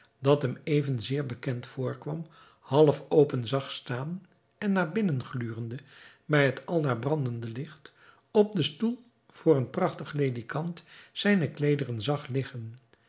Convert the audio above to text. dat hem even zeer bekend voorkwam half open zag staan en naar binnen glurende bij het aldaar brandende licht op den stoel voor een prachtig ledekant zijne kleederen zag liggen